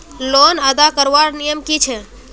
Loan अदा करवार नियम की छे?